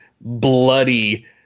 bloody